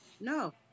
No